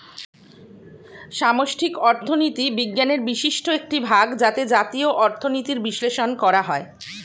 সামষ্টিক অর্থনীতি বিজ্ঞানের বিশিষ্ট একটি ভাগ যাতে জাতীয় অর্থনীতির বিশ্লেষণ করা হয়